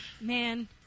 Man